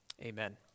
amen